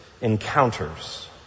encounters